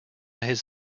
his